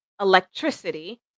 electricity